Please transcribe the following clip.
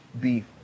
beef